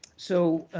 so